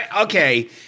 Okay